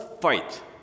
fight